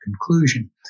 conclusion